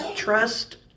Trust